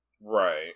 Right